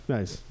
Nice